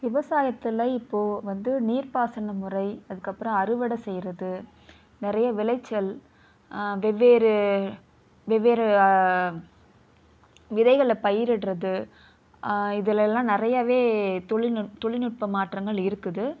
விவசாயத்தில் இப்போது வந்து நீர்ப்பாசனம் முறை அதுக்கப்புறம் அறுவடை செய்கிறது நிறைய விளைச்சல் வெவ்வேறு வெவ்வேறு விதைகளை பயிரிடுறது இதெலலாம் நிறையாவே தொழில்நுட் தொழில்நுட்ப மாற்றங்கள் இருக்குது